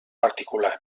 particular